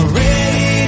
ready